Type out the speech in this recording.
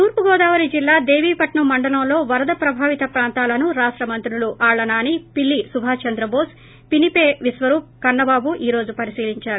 తూర్పు గోదావరి జిల్లా దేవీపట్నం మండలంలో వరద ప్రభావిత ప్రాంతాలను రాష్ట మంత్రులు ఆళ్ల నాని పిల్లి సుభాష్ చంద్రబోస్ పినిపే విశ్వరూప్ కన్నబాబు ఈ రోజు పరిశీలించారు